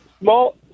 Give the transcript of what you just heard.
small